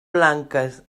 blanques